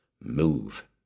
move